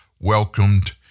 welcomed